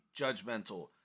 judgmental